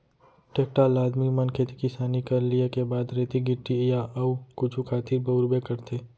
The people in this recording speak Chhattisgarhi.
टेक्टर ल आदमी मन खेती किसानी कर लिये के बाद रेती गिट्टी या अउ कुछु खातिर बउरबे करथे